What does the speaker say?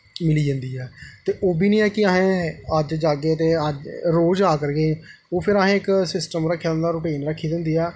मिली जंदी ऐ ते ओह् बी निं ऐ कि असें अज्ज जाहगे ते रोज़ जा करगे ओह् फिर असें इक सिस्टम रक्खे दा होंदा ऐ रूटीन रक्खी दी होंदी ऐ